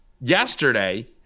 yesterday